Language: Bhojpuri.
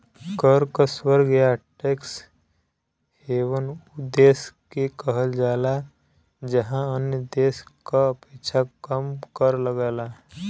कर क स्वर्ग या टैक्स हेवन उ देश के कहल जाला जहाँ अन्य देश क अपेक्षा कम कर लगला